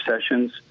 sessions